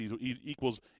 equals